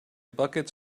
buckets